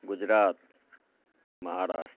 Gujarat Maharashtra